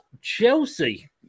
Chelsea